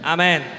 Amen